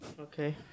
okay